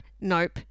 Nope